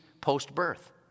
post-birth